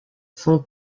son